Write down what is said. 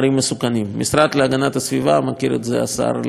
המשרד להגנת הסביבה, מכיר את זה השר לשעבר היטב,